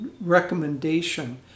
recommendation